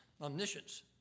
omniscience